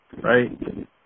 right